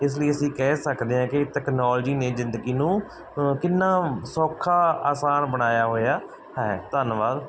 ਇਸ ਲਈ ਅਸੀਂ ਕਹਿ ਸਕਦੇ ਹਾਂ ਕਿ ਤੈਕਨੋਲੋਜੀ ਨੇ ਜ਼ਿੰਦਗੀ ਨੂੰ ਕਿੰਨਾ ਸੌਖਾ ਆਸਾਨ ਬਣਾਇਆ ਹੋਇਆ ਹੈ ਧੰਨਵਾਦ